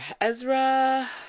Ezra